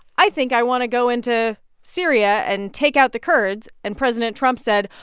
i think i want to go into syria and take out the kurds, and president trump said,